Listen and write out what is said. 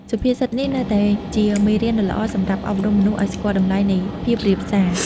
សុភាសិតនេះនៅតែជាមេរៀនដ៏ល្អសម្រាប់អប់រំមនុស្សឱ្យស្គាល់តម្លៃនៃភាពរាបសារ។